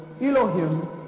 Elohim